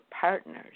partners